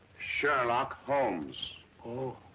sherlock holmes. oh.